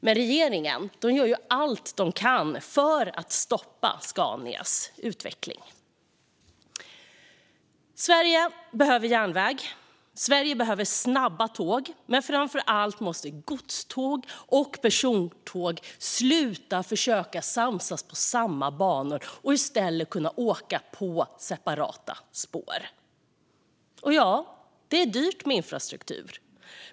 Men regeringen gör allt den kan för att stoppa Scanias utveckling. Sverige behöver järnväg. Sverige behöver snabba tåg. Men framför allt måste godståg och persontåg sluta försöka samsas på samma banor och i stället kunna åka på separata spår. Ja, det är dyrt med infrastruktur.